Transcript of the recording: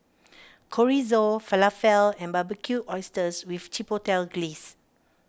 Chorizo Falafel and Barbecued Oysters with Chipotle Glaze